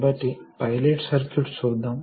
కాబట్టి ఇది చెప్పే చిత్రం